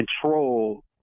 control